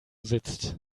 sitzt